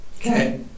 Okay